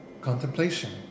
contemplation